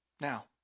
Now